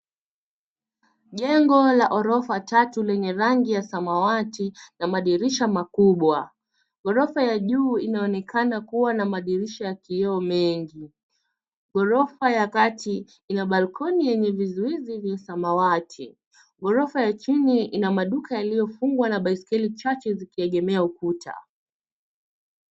Jengo la ghorofa tatu lenye rangi ya samawati na madirisha makubwa. Ghorofa ya juu inaonekana kuwa na madirisha ya kioo mengi. Ghorofa la kati ina balkoni yenye vizuizi vya samawati. Ghorofa ya chini ina maduka yaliyofungwa na baiskeli chache zikiegemea ukuta.